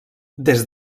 des